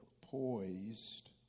Poised